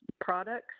products